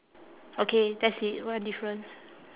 okay that's it one difference